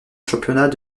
championnat